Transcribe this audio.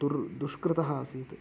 दुर् दुष्कृतः आसीत्